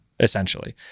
essentially